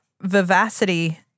vivacity